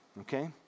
okay